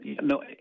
No